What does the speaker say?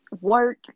work